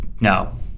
no